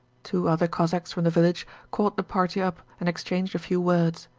two other cossacks from the village caught the party up and exchanged a few words.